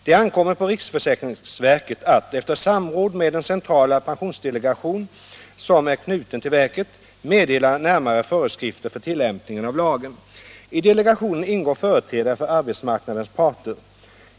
Det ankommer på riksförsäkringsverket att, efter samråd med den centrala pensionsdelegationen som är knuten till verket, meddela närmare föreskrifter för tillämpningen av lagen. I delegationen ingår företrädare för arbetsmarknadens parter.